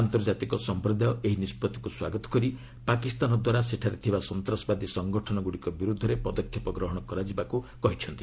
ଆନ୍ତର୍ଜାତିକ ସଂପ୍ରଦାୟ ଏହି ନିଷ୍ପଭିକୁ ସ୍ୱାଗତ କରି ପାକିସ୍ତାନ ଦ୍ୱାରା ସେଠାରେ ଥିବା ସନ୍ତାସବାଦୀ ସଂଗଠନ ଗ୍ରଡ଼ିକ ବିର୍ଦ୍ଧରେ ପଦକ୍ଷେପ ଗ୍ରହଣ କରାଯିବାକୁ କହିଛନ୍ତି